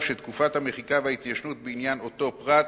שתקופת המחיקה וההתיישנות בעניין אותו פרט